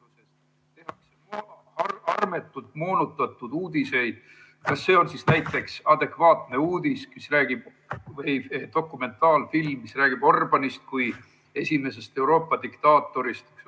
armetuid moonutatud uudiseid. Kas see on siis adekvaatne uudis – dokumentaalfilm, mis räägib Orbánist kui esimesest Euroopa diktaatorist?